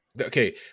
okay